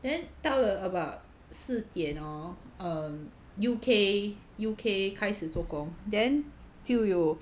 then 到了 about 四点 hor um U_K U_K 开始做工 then 就有